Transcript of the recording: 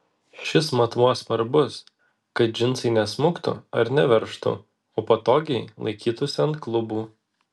šis matmuo svarbus kad džinsai nesmuktų ar neveržtų o patogiai laikytųsi ant klubų